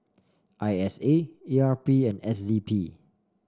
I S A E R P and S D P